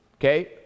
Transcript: Okay